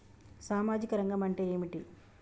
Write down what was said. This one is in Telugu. సామాజిక రంగం అంటే ఏమిటి?